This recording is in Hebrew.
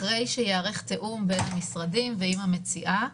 אחרי שייערך תיאום בין המשרדים ועם המציעה.